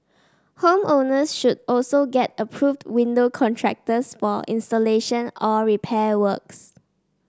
home owners should also get approved window contractors for installation or repair works